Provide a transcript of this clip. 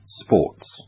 sports